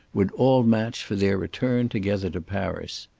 would all match for their return together to paris.